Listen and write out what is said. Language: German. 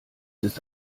ist